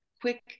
quick